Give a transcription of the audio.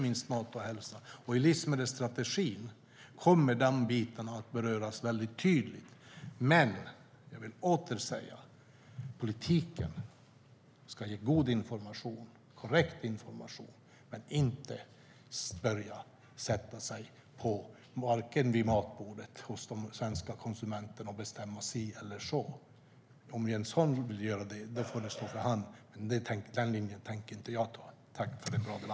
I livsmedelsstrategin kommer den biten att beröras mycket tydligt, men jag vill åter säga att politiken ska ge god och korrekt information, men vi ska inte sätta oss vid matborden hos de svenska konsumenterna och bestämma si eller så. Om Jens Holm vill göra det får det stå för honom, men den linjen tänker inte jag hålla.